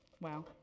Wow